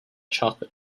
chocolate